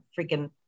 freaking